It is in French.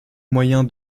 moyen